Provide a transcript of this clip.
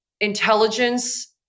intelligence